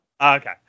Okay